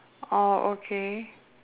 orh okay